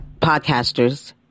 podcasters